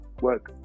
work